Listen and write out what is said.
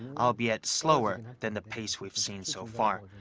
albeit slower than the pace we've seen so far.